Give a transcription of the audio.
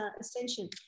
ascension